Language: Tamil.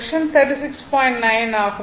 6 ஆகும்